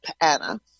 anna